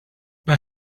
but